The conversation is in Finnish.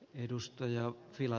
edustaja sillä